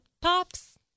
pops